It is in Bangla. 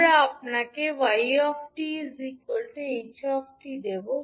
আমরা আপনাকে 𝑦𝑡 ℎ𝑡 দেব